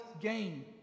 gain